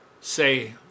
say